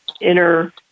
inner